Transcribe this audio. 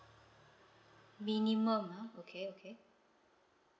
minimum ah okay okay